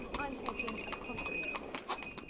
i'm taking a pottery course.